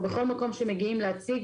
או בכל מקום שמגיעים להציג